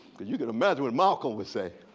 because you can imagine what malcolm would say.